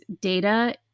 Data